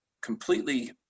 completely